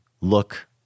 look